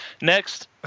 Next